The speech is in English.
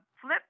flip